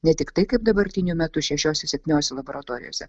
ne tiktai kaip dabartiniu metu šešiose septyniose laboratorijose